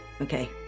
Okay